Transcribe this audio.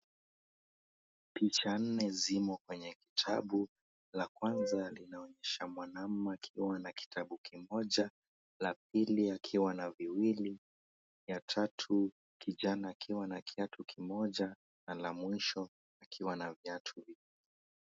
Picha nne zimo kwenye kitabu. La kwanza linaonyesha mwanamume akiwa na kitabu kimoja, la pili akiwa na viwili, ya tatu kijana akiwa na kiatu kimoja, na la mwisho akiwa na viatu viwili.